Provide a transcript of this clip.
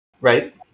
Right